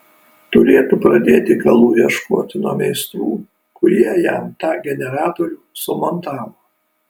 turėtų pradėti galų ieškoti nuo meistrų kurie jam tą generatorių sumontavo